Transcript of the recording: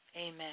amen